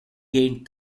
gained